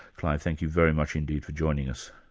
clive, thank you very much indeed for joining us.